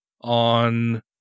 on